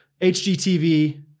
HGTV